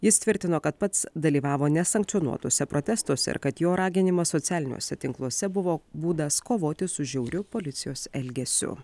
jis tvirtino kad pats dalyvavo nesankcionuotuose protestuose ir kad jo raginimas socialiniuose tinkluose buvo būdas kovoti su žiauriu policijos elgesiu